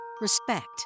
respect